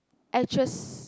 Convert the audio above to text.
actress